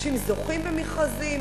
אנשים זוכים במכרזים,